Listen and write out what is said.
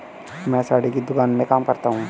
मैं साड़ी की दुकान में काम करता हूं